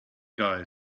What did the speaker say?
guy